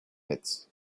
pits